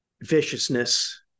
viciousness